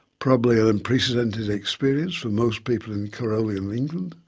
probably an unprecedented experience for most people in carolean england.